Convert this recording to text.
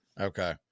okay